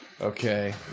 Okay